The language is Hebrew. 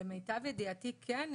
למיטב ידיעתי כן.